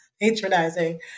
patronizing